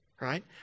right